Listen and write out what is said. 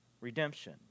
redemption